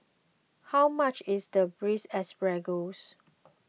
how much is Braised Asparagus